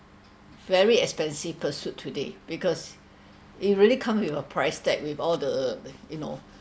very expensive pursuit today because it really come with a price tag with all the uh you know